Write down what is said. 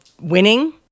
winning